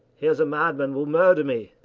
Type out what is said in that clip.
here's a madman will murder me.